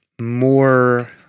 more